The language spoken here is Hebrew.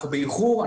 אנחנו באיחור,